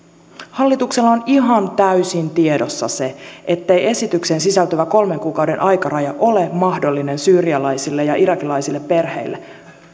hallituksella on ihan täysin tiedossa se ettei esitykseen sisältyvä kolmen kuukauden aikaraja ole mahdollinen syyrialaisille ja irakilaisille perheille